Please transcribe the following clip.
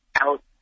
out